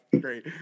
Great